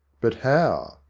but how?